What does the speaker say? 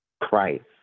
Christ